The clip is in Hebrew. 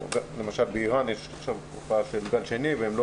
למשל באירן יש עכשיו תקופה של גל שני והם לא